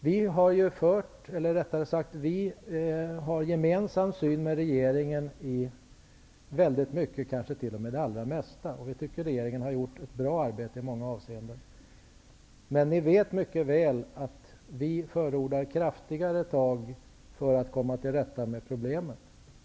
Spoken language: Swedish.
Vi har ett med regeringen gemensamt synsätt i väldigt mycket, kanske t.o.m. i det allra mesta. Vi tycker att regeringen har gjort ett bra arbete i många avseenden. Men ni vet mycket väl att vi förordar kraftigare tag för att komma till rätta med problemen.